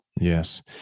Yes